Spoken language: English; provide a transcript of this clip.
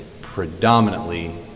predominantly